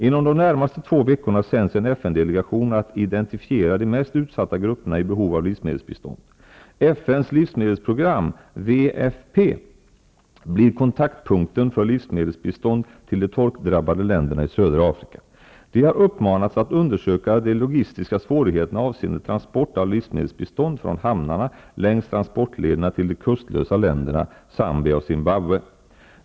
Inom de närmaste två veckorna sänds en FN delegation att identifiera de mest utsatta grupperna i behov av livsmedelsbi stånd. FN:s livsmedelsprogram, WFP, blir kontaktpunkten för livsmedelsbi stånd till de torkdrabbade länderna i södra Afrika. Dessa har uppmanats att undersöka de logistiska svårigheterna avseende transport av livsmedelsbi stånd från hamnarna längs transportlederna till de kustlösa länderna, Zam bia och Zimbabwe.